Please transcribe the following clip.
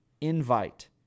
invite